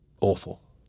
awful